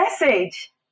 message